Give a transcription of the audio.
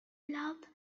love